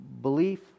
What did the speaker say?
Belief